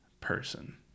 person